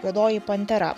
juodoji pantera